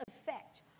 effect